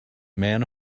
man